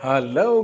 Hello